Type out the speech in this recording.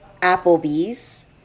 Applebee's